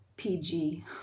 PG